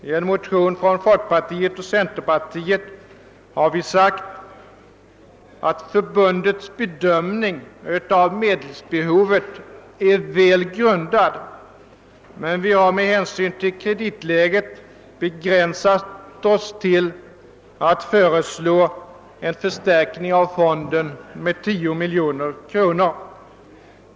I en motion från folkpartiet och centerpartiet sägs att förbundets bedömning av medelsbehovet är väl grundad, men vi har med hänsyn till kreditläget begränsat oss till att föreslå förstärkning av fonden med 10 miljoner kronor.